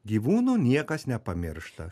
gyvūnų niekas nepamiršta